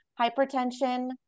hypertension